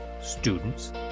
students